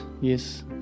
Yes